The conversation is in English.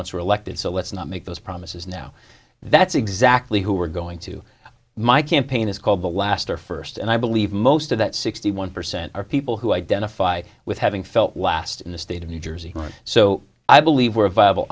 once reelected so let's not make those promises now that's exactly who we're going to my campaign is called the last or first and i believe most of that sixty one percent are people who identify with having felt last in the state of new jersey so i believe we're a viable